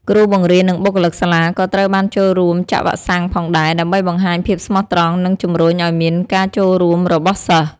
គ្រូបង្រៀន និងបុគ្គលិកសាលាក៏ត្រូវបានចូលរួមចាក់វ៉ាក់សាំងផងដែរ ដើម្បីបង្ហាញភាពស្មោះត្រង់ និងជម្រុញអោយមានការចូលរួមរបស់សិស្ស។